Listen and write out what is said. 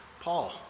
Paul